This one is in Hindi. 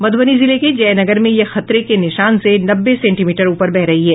मध्रबनी जिले के जयनगर में यह खतरे के निशान से नब्बे सेंटीमीटर ऊपर बह रही है